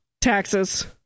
Taxes